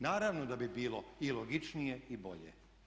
Naravno da bi bilo i logičnije i bolje.